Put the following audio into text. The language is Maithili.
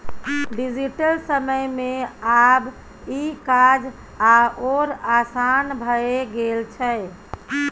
डिजिटल समय मे आब ई काज आओर आसान भए गेल छै